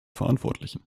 verantwortlichen